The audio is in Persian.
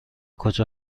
کجا